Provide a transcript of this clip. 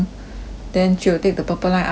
then she will take the purple line up already [what]